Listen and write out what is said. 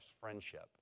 friendship